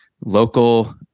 local